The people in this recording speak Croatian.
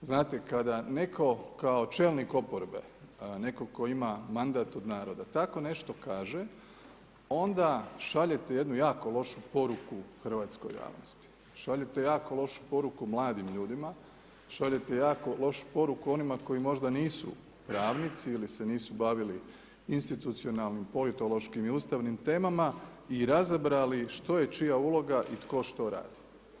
Znate kada ne'ko kao čelnik oporbe, netko tko ima mandat od naroda tako nešto kaže, onda šaljete jednu jako lošu poruku hrvatskoj javnosti, šaljete jako lošu poruku mladim ljudima, šaljete jako lošu poruku onima koji možda nisu pravnici ili se nisu bavili institucionalnim, politološkim i ustavnim temama, i razabrali što je čija uloga i tko što radi.